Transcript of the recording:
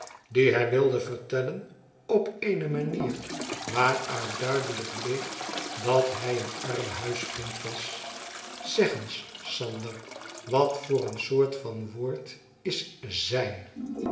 die hij wilde vertellen op eene manier waaruit duidelijk bleek dat hij een arme huisvriend was zeg eens sander wat voor een soort van woord is zijn